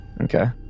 Okay